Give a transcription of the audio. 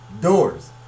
doors